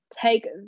take